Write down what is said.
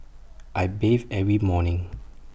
I bathe every morning